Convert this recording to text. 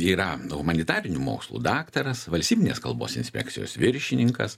yra humanitarinių mokslų daktaras valstybinės kalbos inspekcijos viršininkas